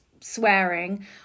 swearing